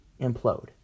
implode